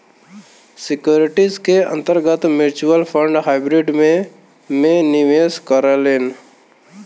securities के अंतर्गत mutual fund hybrid में में निवेश करेलन